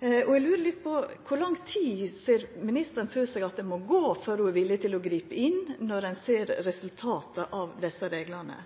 lurer litt på: Kor lang tid ser ministeren for seg at det må gå før ho er villig til å gripa inn, når ein ser resultatet av desse reglane?